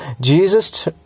Jesus